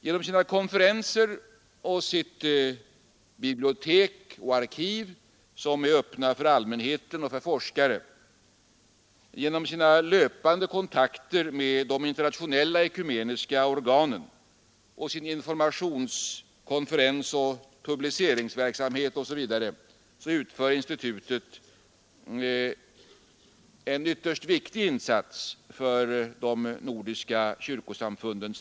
Genom sina konferenser, sitt bibliotek och sitt arkiv, som är öppna för allmänheten och för forskare, sina löpande kontakter med de internationella ekumeniska organen, sin informations-, konferensoch publiceringsverksamhet, osv. gör institutet en ytterst viktig insats för de nordiska kyrkosamfunden.